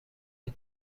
این